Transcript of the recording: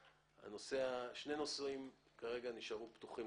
שני נושאים כרגע נשארו פתוחים,